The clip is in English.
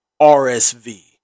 RSV